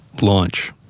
Launch